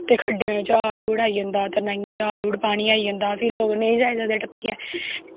ते खड्डैं च हाड़ हूड़ आई जंदा तरनाइयें च हाड़ हूड़ आई जंदा पानी आई जंदा फिर लोग नेईं जाई सकदे टप्पियै